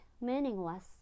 Meaningless